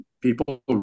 People